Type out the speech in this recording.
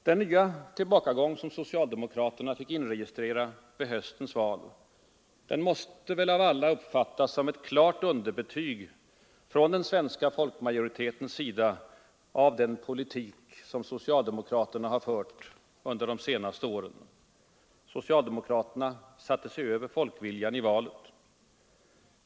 Den nya tillbakagång som socialdemokraterna fick inregistrera vid höstens val måste av alla uppfattas som ett klart underbetyg från den svenska folkmajoritetens sida av den politik socialdemokraterna fört under de senaste åren. Socialdemokraterna satte sig över folkviljan i valet.